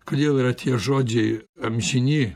kodėl yra tie žodžiai amžini